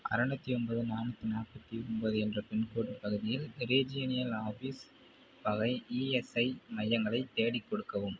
அறநூற்றி ஐம்பது நானூற்றி நாற்பத்தி ஒம்பது என்ற பின்கோடு பகுதியில் ரீஜியனியல் ஆஃபிஸ் வகை இஎஸ்ஐ மையங்களைத் தேடிக் கொடுக்கவும்